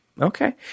Okay